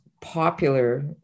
popular